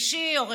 שלישי או רביעי.